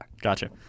Gotcha